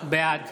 בעד